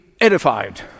edified